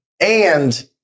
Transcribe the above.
And-